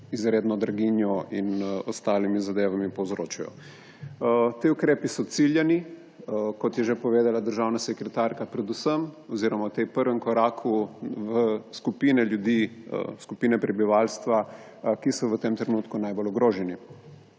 izredno draginjo in ostalimi zadevami povzročajo. Ti ukrepi so ciljani, kot je že povedala državna sekretarka, v tem prvem koraku v skupine ljudi, skupine prebivalstva, ki so v tem trenutku najbolj ogrožene.